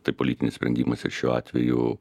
tai politinis sprendimas ir šiuo atveju